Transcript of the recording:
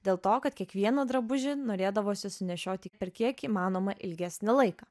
dėl to kad kiekvieną drabužį norėdavosi sunešioti per kiek įmanoma ilgesnį laiką